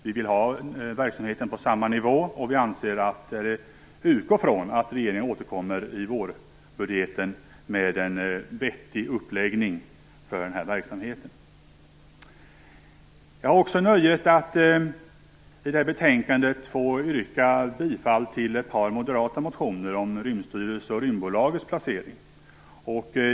Vi vill att verksamheten skall vara kvar på samma nivå och utgår från att regeringen återkommer i vårbudgeten med ett vettigt förslag till uppläggning för verksamheten. Jag har också nöjet att få yrka bifall till ett par moderata motioner i betänkandet om rymdstyrelsens och rymdbolagets placering.